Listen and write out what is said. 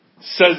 says